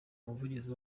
umuvugizi